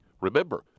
Remember